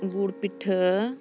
ᱜᱩᱲ ᱯᱤᱴᱷᱟᱹ